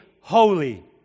holy